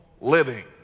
living